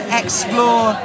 explore